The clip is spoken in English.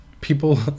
People